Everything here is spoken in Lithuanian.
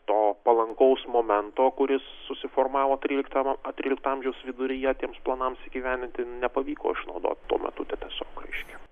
to palankaus momento kuris susiformavo tryliktam trylikto amžiaus viduryje tiems planams įgyvendinti nepavyko išnaudoti tuo metu to tiesiog reiškia